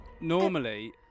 Normally